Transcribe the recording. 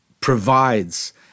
provides